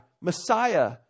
messiah